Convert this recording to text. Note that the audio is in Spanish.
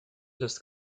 los